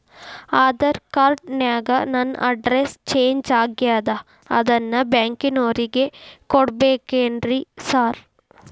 Aadhaar card ನ್ಯಾಗ ನನ್ address change ಆಗ್ಯಾದ ಅದನ್ನ ಬ್ಯಾಂಕಿನೊರಿಗೆ ಕೊಡ್ಬೇಕೇನ್ರಿ ಸಾರ್?